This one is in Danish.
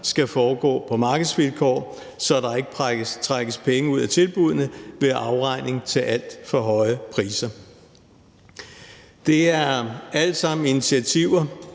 skal foregå på markedsvilkår, så der ikke trækkes penge ud af tilbuddene ved afregning til alt for høje priser. Det er alt sammen initiativer,